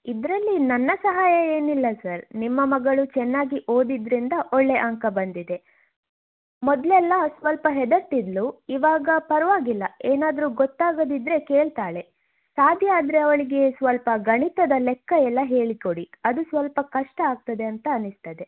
ಇದರಲ್ಲಿ ನನ್ನ ಸಹಾಯ ಏನಿಲ್ಲ ಸರ್ ನಿಮ್ಮ ಮಗಳು ಚೆನ್ನಾಗಿ ಓದಿದ್ದರಿಂದ ಒಳ್ಳೆಯ ಅಂಕ ಬಂದಿದೆ ಮೊದಲೆಲ್ಲ ಸ್ವಲ್ಪ ಹೆದರುತಿದ್ಲು ಈವಾಗ ಪರವಾಗಿಲ್ಲ ಏನಾದರೂ ಗೊತ್ತಾಗದಿದ್ದರೆ ಕೇಳ್ತಾಳೆ ಸಾಧ್ಯ ಆದರೆ ಅವಳಿಗೆ ಸ್ವಲ್ಪ ಗಣಿತದ ಲೆಕ್ಕ ಎಲ್ಲ ಹೇಳಿಕೊಡಿ ಅದು ಸ್ವಲ್ಪ ಕಷ್ಟ ಆಗ್ತದೆ ಅಂತ ಅನ್ನಿಸ್ತದೆ